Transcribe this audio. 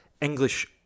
English